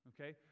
okay